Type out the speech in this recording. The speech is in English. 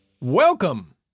Welcome